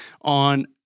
on